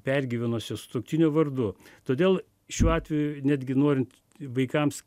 pergyvenusio sutuoktinio vardu todėl šiuo atveju netgi norint vaikams